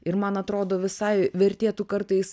ir man atrodo visai vertėtų kartais